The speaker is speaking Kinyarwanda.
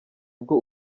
bwo